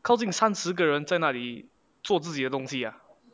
靠近三十个人在哪里做自己的东西 ah